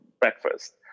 breakfast